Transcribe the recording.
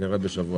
הישיבה ננעלה בשעה